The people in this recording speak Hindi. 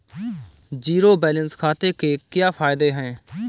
ज़ीरो बैलेंस खाते के क्या फायदे हैं?